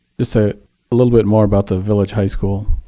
just a little bit more about the village high school,